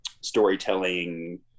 storytelling